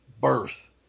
birth